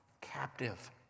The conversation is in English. captive